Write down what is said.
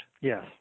Yes